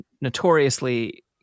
notoriously